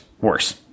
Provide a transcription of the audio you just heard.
worse